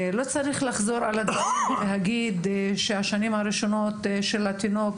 לא צריך לחזור על הדברים ולהגיד שהשנים הראשונות של התינוק